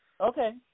okay